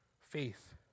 faith